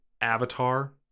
Avatar